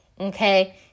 okay